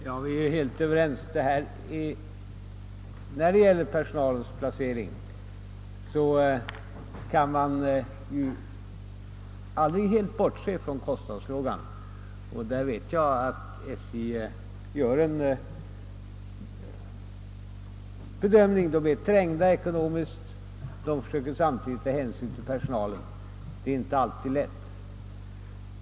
Herr talman! Vi tycks ju i stort sett vara Överens. När det gäller personalens placering kan man aldrig helt bortse från kostnadsfrågan, och jag vet att man på SJ där gör en bedömning. Man är trängd ekonomiskt men försöker ändå att ta hänsyn till personalen, vilket inte alltid är så lätt.